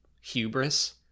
hubris